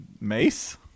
mace